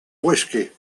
whisky